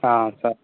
sir